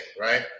right